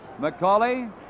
McCauley